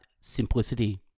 simplicity